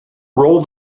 roll